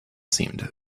seemed